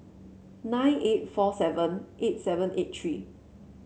nine eight four seven eight seven eight three